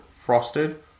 frosted